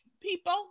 people